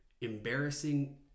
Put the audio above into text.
embarrassing